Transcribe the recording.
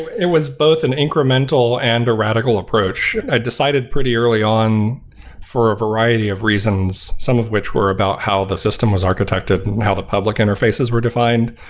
it was both an incremental and a radical approach. i decided pretty early on for a variety of reasons, some of which were about how the system was architected and how the public interfaces were defined.